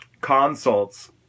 consults